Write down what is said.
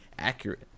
accurate